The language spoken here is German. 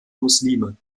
muslime